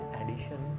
addition